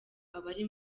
abari